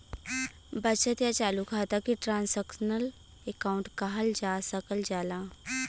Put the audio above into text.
बचत या चालू खाता के ट्रांसक्शनल अकाउंट कहल जा सकल जाला